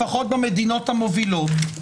לפחות במדינות המובילות.